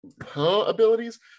abilities